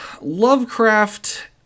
Lovecraft